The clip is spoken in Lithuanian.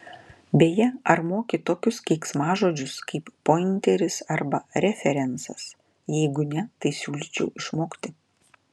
beje ar moki tokius keiksmažodžius kaip pointeris arba referencas jeigu ne tai siūlyčiau išmokti